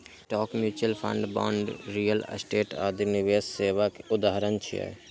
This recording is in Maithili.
stock, mutual fund, bond, real estate आदि निवेश सेवा के उदाहरण छियै